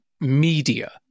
media